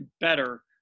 better